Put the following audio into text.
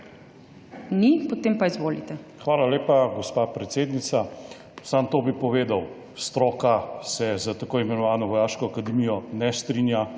PREMK (PS Svoboda): Hvala lepa, gospa predsednica. Samo to bi povedal. Stroka se s tako imenovano vojaško akademijo ne strinja.